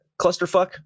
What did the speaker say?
clusterfuck